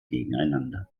gegeneinander